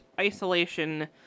isolation